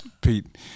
Pete